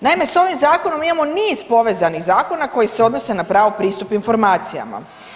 Naime, s ovim zakonom imamo niz povezanih zakona koji se odnose na pravo pristupu informacijama.